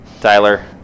Tyler